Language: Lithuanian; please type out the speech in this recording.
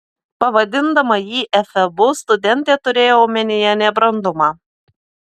pavadindama jį efebu studentė turėjo omenyje nebrandumą